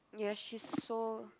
ya she's so